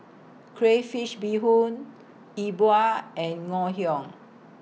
Crayfish Beehoon Yi Bua and Ngoh Hiang